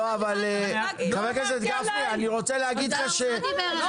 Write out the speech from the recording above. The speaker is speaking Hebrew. אני לא דיברתי עלייך, דיברתי על